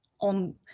on